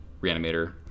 Reanimator